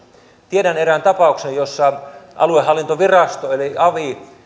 tiedän erään tapauksen jossa aluehallintovirasto eli avi